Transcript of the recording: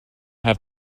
have